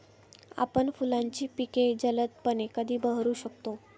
आपण फुलांची पिके जलदपणे कधी बहरू शकतो?